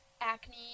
acne